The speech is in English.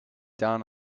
down